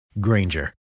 Granger